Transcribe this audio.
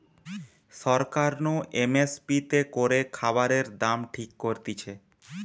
সরকার নু M S P তে করে খাবারের দাম ঠিক করতিছে